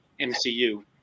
MCU